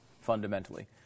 fundamentally